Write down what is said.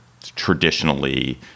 traditionally